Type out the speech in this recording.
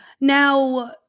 Now